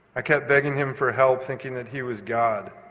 i kept begging him for help, thinking that he was god,